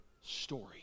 story